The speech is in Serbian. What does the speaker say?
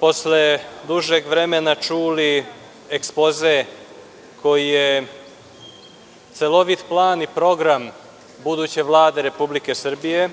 posle dužeg vremena čuli ekspoze koji je celovit plan i program buduće Vlade Republike Srbije,